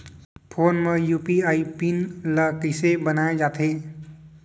Phone म UPI pin ल कइसे बनाये जाथे?